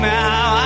now